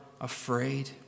afraid